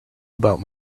about